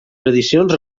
tradicions